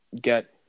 get